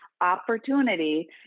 opportunity